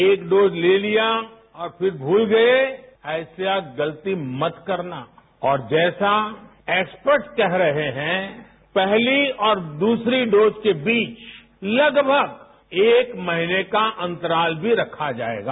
एक डोज ले लिया और फिर भूल गए ऐसी गलती मत करना और जैसा एक्सपर्टस कह रहे हैं पहली और दूसरी डोज के बीच लगभग एक महीने का अंतराल भी रखा जाएगा